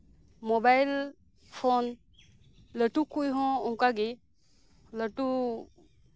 mobile phone ᱞᱟᱹᱴᱩ ᱠᱚᱡ ᱦᱚᱸ ᱚᱱᱠᱟᱜᱮ ᱞᱟᱹᱴᱩ